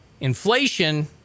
Inflation